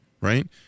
right